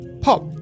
Pop